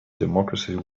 democracy